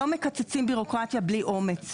לא מקצצים בירוקרטיה בלי אומץ.